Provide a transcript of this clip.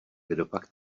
kdopak